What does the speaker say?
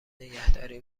نگهداری